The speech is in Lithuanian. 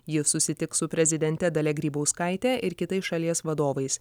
ji susitiks su prezidente dalia grybauskaite ir kitais šalies vadovais